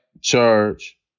charge